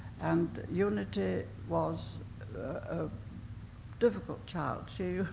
and unity was a difficult child. she